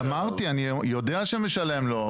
אמרתי, אני יודע שמשלם לו.